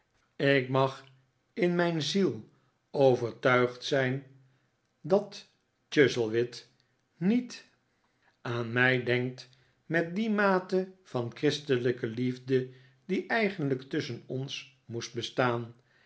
ik mag in mijn ziel overtuigd zijn dat chuzzlewit niet aan mij denkt met die mate van christelijke liefde die eigenlijk tusschen ons moest bestaan